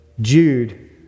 Jude